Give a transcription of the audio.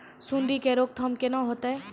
सुंडी के रोकथाम केना होतै?